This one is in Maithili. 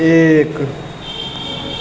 एक